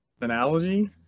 analogy